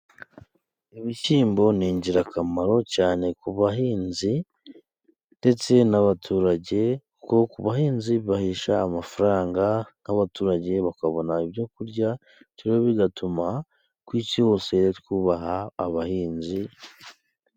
Ibishyimbo ni ingirakamaro cyane ku bahinzi, ndetse n'abaturage. Ku bahinzi bibahesha amafaranga, nk'abaturage bakabona ibyo kurya bigatuma ku isi hose twubaha abahinzi.